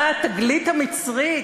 באה התגלית המצרית